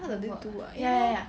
what does it do ah ya